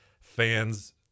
fans